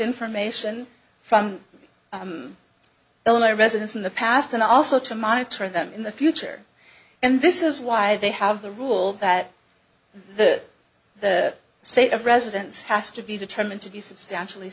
information from illinois residents in the past and also to monitor them in the future and this is why they have the rule that the the state of residence has to be determined to be substantially